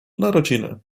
narodziny